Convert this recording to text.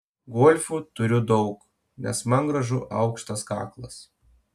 golfų turiu daug nes man gražu aukštas kaklas